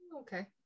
Okay